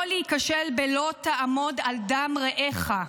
כדי לא להיכשל ב"לא תעמֹד על דם רעך".